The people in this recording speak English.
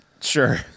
Sure